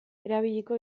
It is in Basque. erabiliko